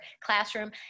classroom